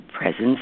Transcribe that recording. presence